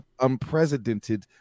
unprecedented